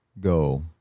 go